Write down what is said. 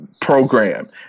program